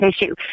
issue